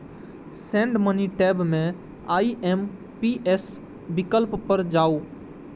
send money tab मे IMPS विकल्प पर जाउ